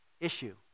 issue